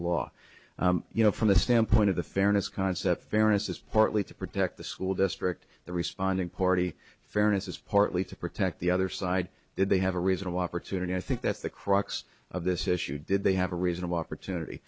law you know from the standpoint of the fairness concept fairness is partly to protect the school district the responding party fairness is partly to protect the other side did they have a reasonable opportunity i think that's the crux of this issue did they have a reasonable opportunity